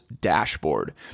dashboard